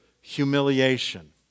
humiliation